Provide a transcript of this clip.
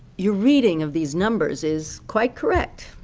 your reading of these numbers is quite correct.